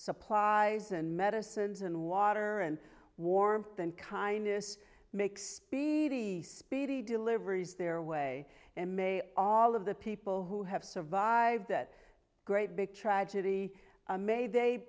supplies and medicines and water and warmth and kindness make speedy speedy deliveries their way in may all of the people who have survived that great big tragedy may they